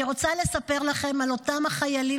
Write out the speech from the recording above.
אני רוצה לספר לכם על אותם החיילים